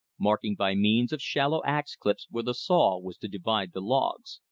marking by means of shallow ax-clips where the saw was to divide the logs.